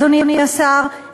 אדוני השר,